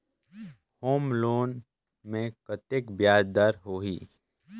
Home loan मे कतेक ब्याज दर होही?